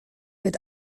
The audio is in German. wird